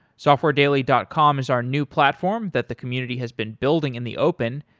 softwaredaily dot com is our new platform that the community has been building in the open.